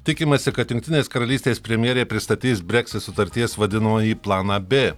tikimasi kad jungtinės karalystės premjerė pristatys breksit sutarties vadinamąjį planą b